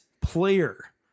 player